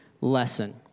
lesson